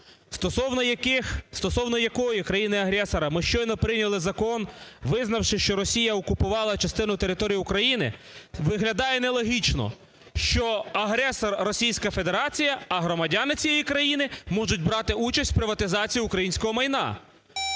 стосовно якої країни-агресора, ми щойно прийняли закон, визнавши, що Росія окупувала частину території України, виглядає нелогічно, що агресор – Російська Федерація, а громадяни цієї країни можуть брати участь у приватизації українського майна.